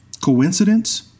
Coincidence